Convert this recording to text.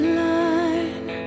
line